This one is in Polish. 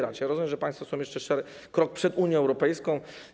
Rozumiem, że państwo są jeszcze krok przed Unią Europejską.